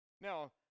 Now